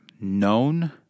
known